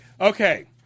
Okay